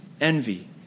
envy